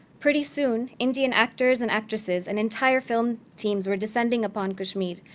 pretty soon, indian actors and actresses and entire film teams were descending upon kashmir,